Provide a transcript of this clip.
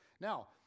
Now